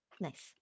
Nice